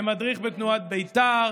כמדריך בתנועת בית"ר,